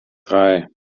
drei